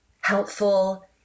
helpful